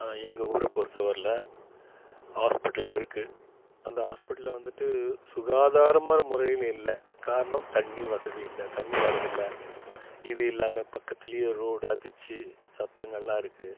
எங்கள் ஊரை பொறுத்தவரல ஹாஸ்பிட்டல் இருக்குது அந்த ஹாஸ்பிட்டலில் வந்துட்டு சுகாதாரமான முறையில் இல்லை காரணம் தண்ணி வசதியில்லை தண்ணி வர்றதில்லை இது இல்லாமல் பக்கத்துலேயே ரோடு அதிர்ச்சி சத்தங்கள்லாம் இருக்குது